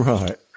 Right